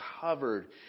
covered